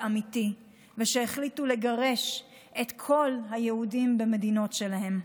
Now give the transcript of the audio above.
אמיתי ושהחליטו לגרש את כל היהודים מהמדינות שלהן.